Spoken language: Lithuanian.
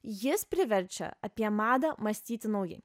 jis priverčia apie madą mąstyti naujai